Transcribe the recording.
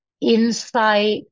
insight